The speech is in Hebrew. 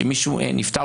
כשמישהו נפטר,